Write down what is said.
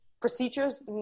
procedures